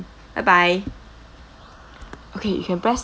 bye bye okay you can press